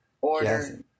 Order